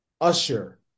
Usher